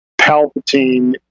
Palpatine